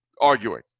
Arguing